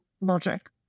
logic